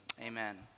Amen